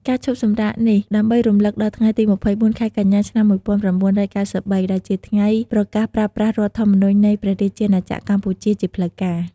ការឈប់សម្រាកនេះ ដើម្បីរំលឹកដល់ថ្ងៃទី២៤ ខែកញ្ញា ឆ្នាំ១៩៩៣ ដែលជាថ្ងៃប្រកាសប្រើប្រាស់រដ្ឋធម្មនុញ្ញនៃព្រះរាជាណាចក្រកម្ពុជាជាផ្លូវការ។